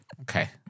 Okay